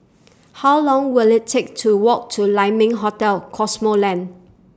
How Long Will IT Take to Walk to Lai Ming Hotel Cosmoland